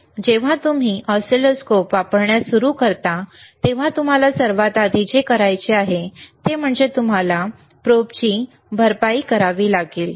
जेव्हा तुम्ही ऑसिलोस्कोप वापरण्यास सुरुवात करता तेव्हा तुम्हाला सर्वात आधी जे करायचे आहे ते म्हणजे तुम्हाला प्रोबची भरपाई करावी लागेल